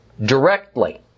directly